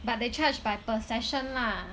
but they charge by per session lah